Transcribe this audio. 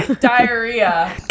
Diarrhea